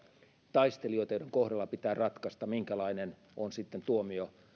taistelijoita joiden kohdalla pitää ratkaista minkälainen on sitten tuomio